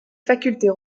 facultés